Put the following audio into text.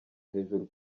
hejuru